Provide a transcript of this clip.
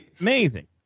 Amazing